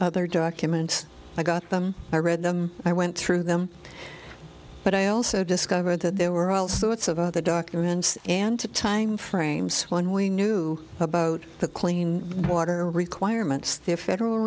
other documents i got them i read them i went through them but i also discovered that there were all sorts of other documents and to timeframes when we knew about the clean water requirements their federal